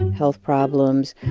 health problems,